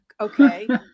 okay